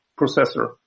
processor